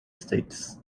states